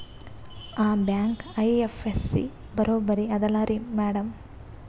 ಆ bank IFSC ಬರೊಬರಿ ಅದಲಾರಿ ಮ್ಯಾಡಂ?